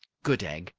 good egg!